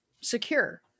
secure